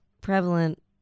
prevalent